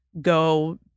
go